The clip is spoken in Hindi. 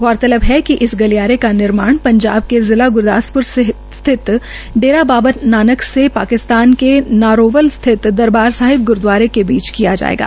गौरतलब है कि इस गलियारे का निर्माण पंजाब के जिला ग्रदासप्र सिथत डेरा बाबा नानक से पाकिस्तान के नारोवाल स्थित दरबार साहिब ग्रूदवारे के बीच किया जायेगा